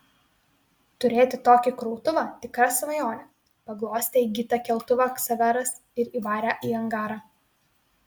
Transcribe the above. turėti tokį krautuvą tikra svajonė paglostė įgytą keltuvą ksaveras ir įvarė į angarą